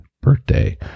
birthday